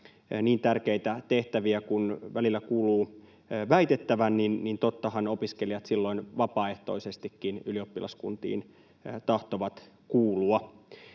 niin tärkeitä tehtäviä kuin välillä kuuluu väitettävän, niin tottahan opiskelijat silloin vapaaehtoisestikin ylioppilaskuntiin tahtovat kuulua.